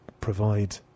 provide